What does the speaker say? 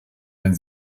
wenn